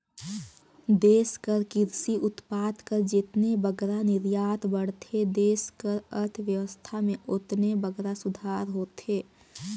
देस कर किरसी उत्पाद कर जेतने बगरा निरयात बढ़थे देस कर अर्थबेवस्था में ओतने बगरा सुधार होथे